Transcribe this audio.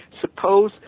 suppose